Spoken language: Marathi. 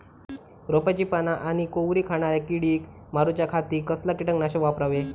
रोपाची पाना आनी कोवरी खाणाऱ्या किडीक मारूच्या खाती कसला किटकनाशक वापरावे?